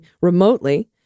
remotely